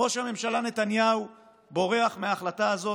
ראש הממשלה נתניהו בורח מההחלטה הזאת,